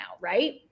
right